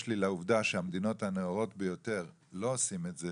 לי לעובדה שהמדינות הנאורות ביותר לא עושים את זה